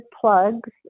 plugs